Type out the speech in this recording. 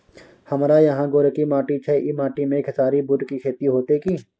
हमारा यहाँ गोरकी माटी छै ई माटी में खेसारी, बूट के खेती हौते की?